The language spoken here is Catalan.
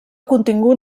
contingut